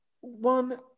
One